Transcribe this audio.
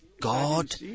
God